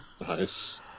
nice